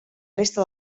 resta